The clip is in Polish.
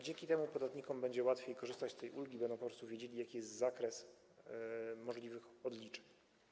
Dzięki temu podatnikom łatwiej będzie korzystać z tej ulgi - będą po prostu wiedzieli, jaki jest zakres możliwych odliczeń.